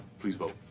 please vote.